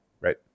right